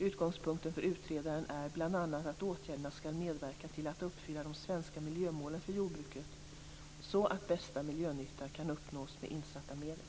Utgångspunkten för utredaren är bl.a. att åtgärderna skall medverka till att uppfylla de svenska miljömålen för jordbruket så att bästa miljönytta kan uppnås med insatta medel.